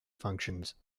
functions